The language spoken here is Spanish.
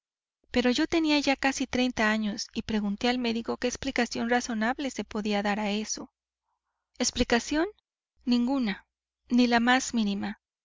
pero yo tenía ya casi treinta años y pregunté al médico qué explicación razonable se podía dar de eso explicación ninguna ni la más mínima